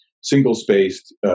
single-spaced